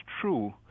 true